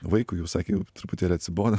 vaikui jau sakė jau truputį atsibodo